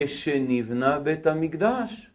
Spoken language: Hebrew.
ושנבנה בית המקדש